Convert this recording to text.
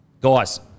guys